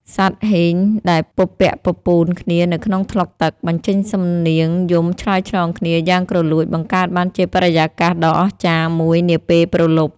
សត្វហ៊ីងដែលពពាក់ពពូនគ្នានៅក្នុងថ្លុកទឹក បញ្ចេញសំនៀងយំឆ្លើយឆ្លងគ្នាយ៉ាងគ្រលួច បង្កើតបានជាបរិយាកាសដ៏អស្ចារ្យមួយនាពេលព្រលប់។